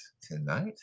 tonight